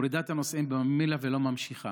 והיא מורידה את הנוסעים בממילא ולא ממשיכה.